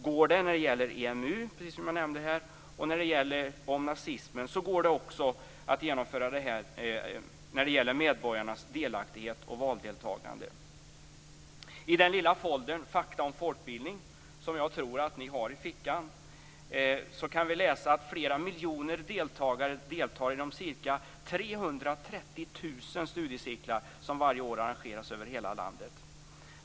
Går det när det gäller EMU, precis som jag nämnde här, och när det gäller nazismen så går det också att genomföra det här när det gäller medborgarnas delaktighet och valdeltagande. I den lilla foldern Fakta om folkbildning, som jag tror att ni har i fickan, kan vi läsa att flera miljoner deltagare deltar i de ca 330 000 studiecirklar som varje år arrangeras över hela landet.